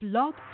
Blog